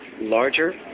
larger